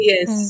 Yes